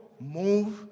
move